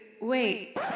Wait